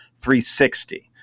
360